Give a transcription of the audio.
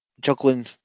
juggling